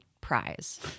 prize